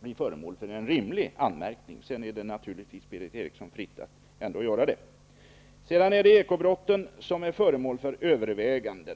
bli föremål för anmärkning. Men naturligtvis står det Berith Eriksson fritt att komma med en sådan. Ekobrotten är förvisso föremål för övervägande.